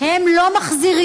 הם לא מחזירים,